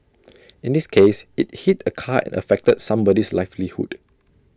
in this case IT hit A car and affected somebody's livelihood